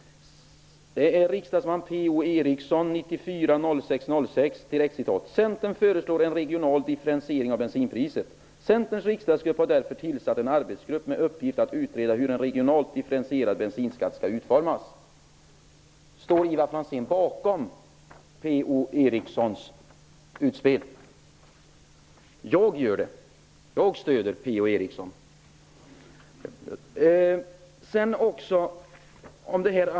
Det är riksdagsman P-O Eriksson som den 6 juni 1994 skriver så här: Centern föreslår en regional differentiering av bensinpriset. Centerns riksdagsgrupp har därför tillsatt en arbetsgrupp med uppgift att utreda hur en regionalt differentierad bensinskatt skall utformas. Står Ivar Franzén bakom P-O Erikssons utspel? Jag gör det. Jag stöder P-O Eriksson.